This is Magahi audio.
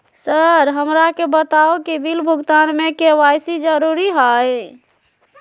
सर हमरा के बताओ कि बिल भुगतान में के.वाई.सी जरूरी हाई?